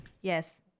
yes